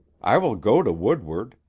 i will go to woodward.